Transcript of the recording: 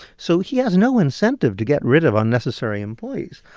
so he has no incentive to get rid of unnecessary employees.